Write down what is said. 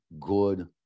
good